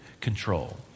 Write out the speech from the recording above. control